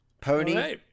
Pony